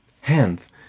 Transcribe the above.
Hands